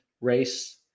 race